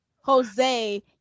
jose